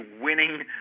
winning